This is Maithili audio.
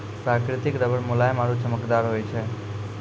प्रकृतिक रबर मुलायम आरु चमकदार होय छै